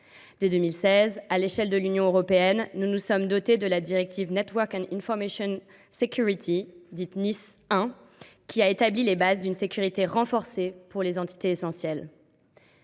Dès 2016, à l’échelle de l’Union européenne, nous nous sommes dotés d’une première directive Network and Information Security, dite directive NIS 1, qui a établi les bases d’une sécurité renforcée pour les entités essentielles.